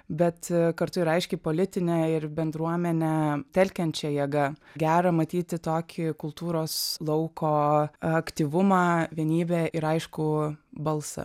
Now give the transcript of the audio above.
bet kartu ir aiškiai politinė ir bendruomenę telkiančia jėga gera matyti tokį kultūros lauko aktyvumą vienybę ir aišku balsą